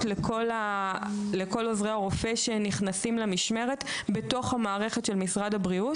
לכל עוזרי הרופא שנכנסים למשמרת בתוך המערכת של משרד הבריאות?